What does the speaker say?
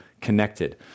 connected